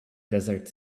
desert